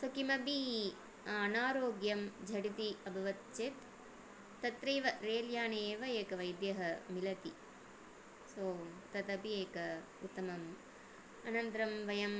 सो किमपि अनारोग्यं झटिति अभवत् चेत् तत्रैव रेल्यानेव एकः वैद्यः मिलति सो तदपि एक उत्तमम् अनन्तरं वयम्